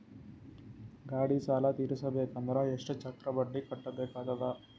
ಗಾಡಿ ಸಾಲ ತಿರಸಬೇಕಂದರ ಎಷ್ಟ ಚಕ್ರ ಬಡ್ಡಿ ಕಟ್ಟಬೇಕಾಗತದ?